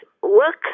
work